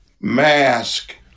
mask